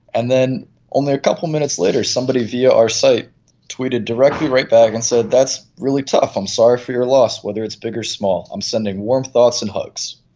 and then only a couple of minutes later somebody via our site tweeted directly right back and said, that's really tough, i'm sorry for your loss, whether it's big or small. i'm sending warm thoughts and hugs.